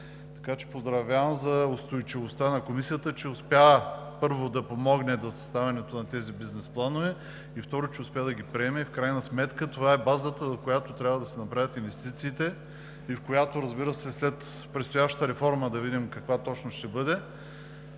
Така че поздравявам Комисията за устойчивостта, че успя, първо, да помогне за съставянето на тези бизнес планове, и второ, че успя да ги приеме. В крайна сметка това е базата, на която трябва да се направят инвестициите и в която, разбира се, след предстоящата реформа, да видим каква точно ще бъде,